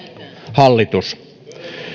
hallitus